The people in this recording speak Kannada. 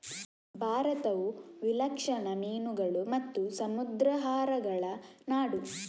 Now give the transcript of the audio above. ಭಾರತವು ವಿಲಕ್ಷಣ ಮೀನುಗಳು ಮತ್ತು ಸಮುದ್ರಾಹಾರಗಳ ನಾಡು